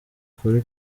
kuri